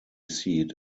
seat